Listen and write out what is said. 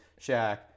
Shaq